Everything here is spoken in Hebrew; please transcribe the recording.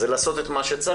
זה לעשות את מה שצריך.